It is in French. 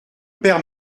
père